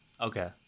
Okay